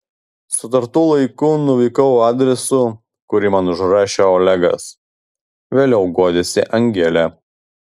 sutartu laiku nuvykau adresu kurį man užrašė olegas vėliau guodėsi angelė